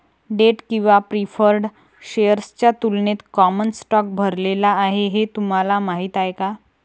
Date किंवा preferred शेअर्सच्या तुलनेत कॉमन स्टॉक भरलेला आहे हे तुम्हाला माहीत आहे का?